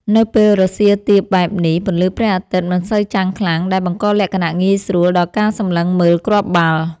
នៅពេលរសៀលទាបបែបនេះ ពន្លឺព្រះអាទិត្យមិនសូវចាំងខ្លាំង ដែលបង្កលក្ខណៈងាយស្រួលដល់ការសម្លឹងមើលគ្រាប់បាល់។